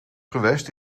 gewest